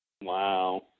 Wow